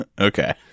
Okay